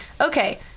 Okay